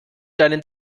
deinen